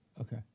Okay